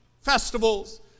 festivals